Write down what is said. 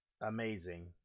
amazing